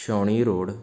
Chhauni road